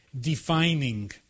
defining